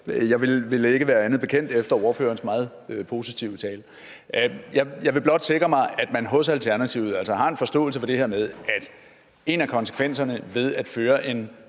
jeg ville ikke være det bekendt efter ordførerens meget positive tale. Jeg vil blot sikre mig, at man hos Alternativet har en forståelse for det her med, at en af konsekvenserne ved at føre en